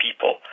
people